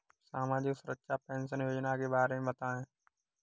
सामाजिक सुरक्षा पेंशन योजना के बारे में बताएँ?